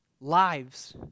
lives